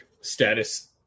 status